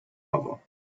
lava